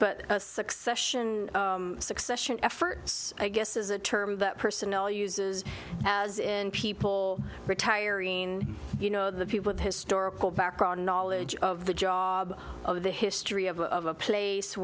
but succession succession efforts i guess is a term that personnel uses as in people retiring you know the people of historical background knowledge of the job of the history of a place